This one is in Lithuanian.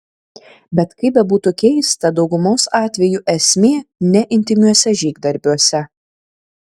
bet kaip bebūtų keista daugumos atvejų esmė ne intymiuose žygdarbiuose